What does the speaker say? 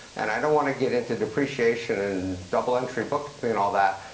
and i don't want to get into depreciation and double entry book but and all that.